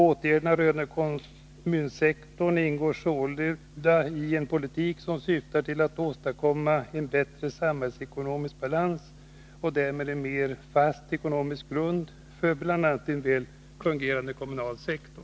Åtgärderna rörande kommunsektorn ingår sålunda i en politik som syftar till att åstadkomma en bättre samhällsekonomisk balans och därmed en mer fast ekonomisk grund för bl.a. en väl fungerande kommunal sektor.